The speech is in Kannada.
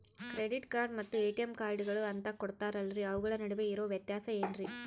ಕ್ರೆಡಿಟ್ ಕಾರ್ಡ್ ಮತ್ತ ಎ.ಟಿ.ಎಂ ಕಾರ್ಡುಗಳು ಅಂತಾ ಕೊಡುತ್ತಾರಲ್ರಿ ಅವುಗಳ ನಡುವೆ ಇರೋ ವ್ಯತ್ಯಾಸ ಏನ್ರಿ?